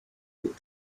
wood